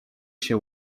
się